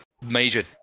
major